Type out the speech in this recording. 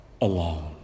alone